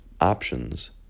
options